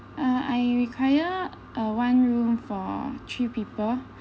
uh I require one room for three people